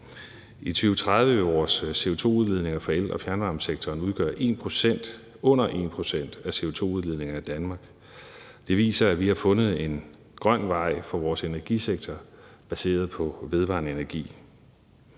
I 2030 vil vores CO2-udledninger fra el- og fjernvarmesektoren udgøre under 1 pct. af CO2-udledningerne i Danmark. Det viser, at vi har fundet en grøn vej for vores energisektor baseret på vedvarende energi.